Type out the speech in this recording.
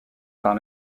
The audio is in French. par